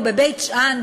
או בבית-שאן,